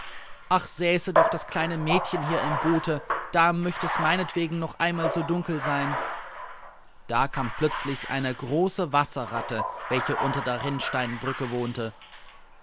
ach säße doch das kleine mädchen hier im boote da möchte es meinetwegen noch einmal so dunkel sein da kam plötzlich eine große wasserratte welche unter der rinnsteinbrücke wohnte